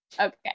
Okay